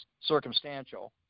circumstantial